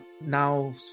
now